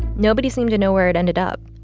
nobody seemed to know where it ended up